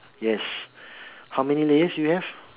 yes how many layers you have